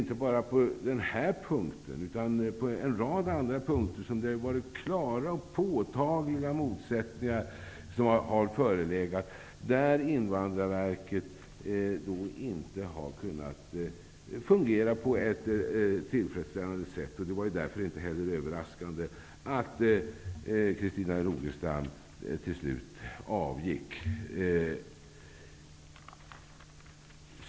Inte bara på denna punkt utan på en rad andra punkter har det förelegat klara och påtagliga motsättningar, där Invandrarverket inte har kunnat fungera på ett tillfredsställande sätt. Det var därför inte heller överraskande att Christina Rogestam till slut avgick.